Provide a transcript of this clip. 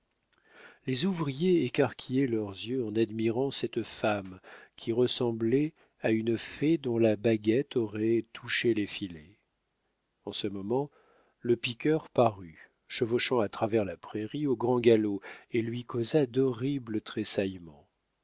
les ouvriers écarquillaient leurs yeux en admirant cette femme qui ressemblait à une fée dont la baguette aurait touché les filets en ce moment le piqueur parut chevauchant à travers la prairie au grand galop et lui causa d'horribles